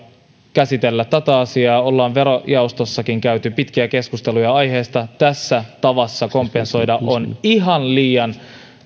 käsitellä tätä asiaa olemme verojaostossakin käyneet pitkiä keskusteluja aiheesta tässä tavassa kompensoida on ihan liian